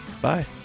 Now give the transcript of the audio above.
Bye